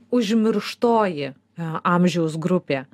užmirštoji amžiaus grupė